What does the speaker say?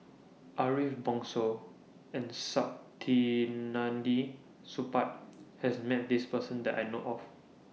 Ariff Bongso and Saktiandi Supaat has Met This Person that I know of